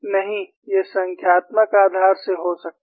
नहीं यह संख्यात्मक आधार से हो सकता है